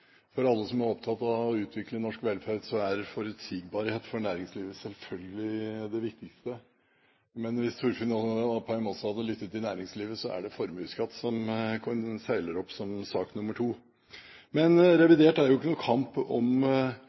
For alle som er opptatt av å utvikle norsk velferd, er forutsigbarhet for næringslivet selvfølgelig det viktigste. Hvis Torfinn Opheim også hadde lyttet til næringslivet, ville han ha hørt at formuesskatten seiler opp som sak nr. 2. Revidert er jo ikke noen kamp om